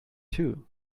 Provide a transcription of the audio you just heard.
too